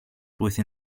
within